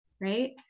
right